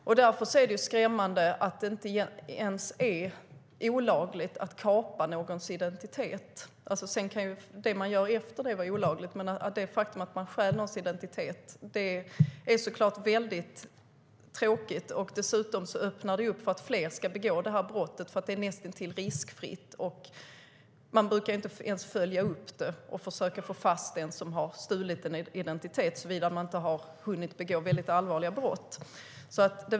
Det är skrämmande att det inte är olagligt att kapa någons identitet. Sedan kan det som görs efter kapningen vara olagligt. Att någons identitet stjäls är såklart väldigt tråkigt. Dessutom öppnar det upp för att fler ska begå brottet eftersom det är näst intill riskfritt. Sådana ärenden brukar inte ens följas upp för att få fast den som stulit någons identitet, såvida det inte hunnit begås mycket allvarliga brott.